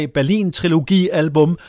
Berlin-trilogi-album